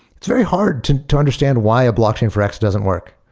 it's very hard to to understand why a blocking for x doesn't work.